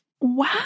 Wow